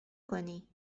کنی